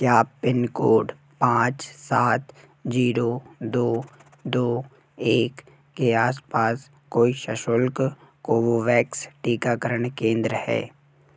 क्या pin code पाँच सात जीरो दो दो एक के आस पास कोई सशुल्क कोवोवैक्स टीकाकरण केंद्र है